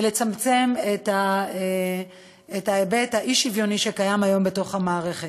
ולצמצם את ההיבט האי-שוויוני שקיים היום בתוך המערכת.